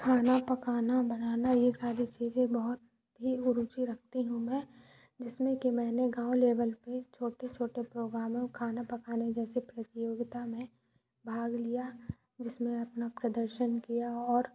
खाना पकाना बनाना ये सारी चीज़ें बहुत ही रुचि रखती हूँ मैं जिसमें कि मैंने गाँव लेबल पर छोटे छोटे प्रोगाम में खाना पकाने जैसे प्रतियोगिता में भाग लिया जिसमें खाना प्रदर्शन किया और